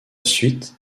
suite